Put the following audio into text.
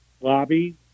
lobby